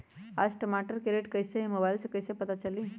आज टमाटर के रेट कईसे हैं मोबाईल से कईसे पता चली?